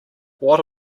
what